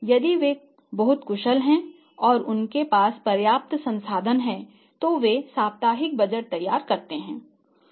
यदि वे बहुत कुशल हैं और उनके पास पर्याप्त संसाधन हैं तो वे साप्ताहिक बजट तैयार करते हैं